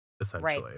essentially